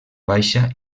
baixa